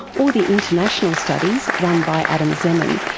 or the international studies run by adam zeman,